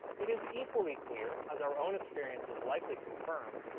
it is equally clear, as our own experiences likely confirm,